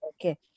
Okay